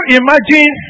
imagine